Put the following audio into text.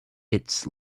its